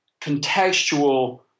contextual